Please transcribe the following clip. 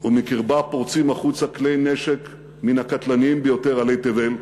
ומקרבה פורצים החוצה כלי נשק מן הקטלניים ביותר עלי תבל,